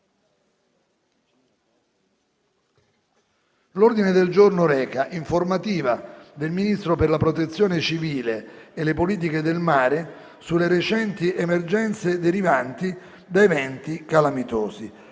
agosto | h. 15 |- Informativa del Ministro per la protezione civile e le politiche del mare sulle recenti emergenze derivanti da eventi calamitosi